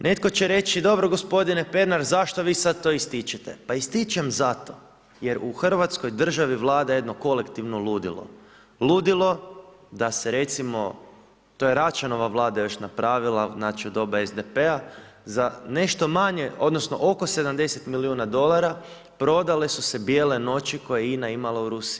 Netko će reći dobro gospodine Pernar zašto vi sad to ističete, pa ističem zato jer u Hrvatskoj državi vlada jedno kolektivno ludilo, ludilo da se recimo, to je Račanova vlada još napravila u doba SDP-a, za nešto manje odnosno oko 70 milijuna dolara prodale su se Bijele noći koje je INA imala u Rusiji.